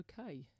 okay